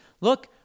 look